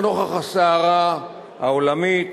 לנוכח הסערה העולמית,